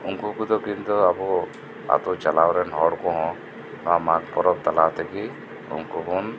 ᱩᱱᱠᱩ ᱠᱚᱫᱚ ᱠᱤᱱᱛᱩ ᱟᱵᱩ ᱟᱛᱳ ᱪᱟᱞᱟᱣ ᱨᱮᱱ ᱦᱚᱲ ᱠᱚᱦᱚᱸ ᱱᱚᱣᱟ ᱢᱟᱜᱽ ᱯᱚᱨᱚᱵᱽ ᱛᱟᱞᱟ ᱛᱮᱜᱤ ᱩᱱᱠᱩᱵᱩᱱ